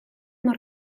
mor